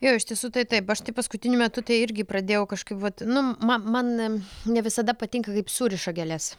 jo iš tiesų tai taip aš tai paskutiniu metu tai irgi pradėjau kažkaip vat nu man man ne visada patinka kaip suriša gėles